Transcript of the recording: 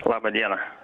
laba diena